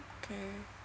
okay